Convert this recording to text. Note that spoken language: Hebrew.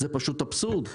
זה פשוט אבסורד.